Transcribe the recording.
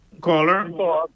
Caller